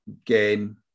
again